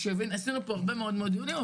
עשינו פה הרבה מאוד דיונים,